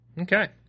Okay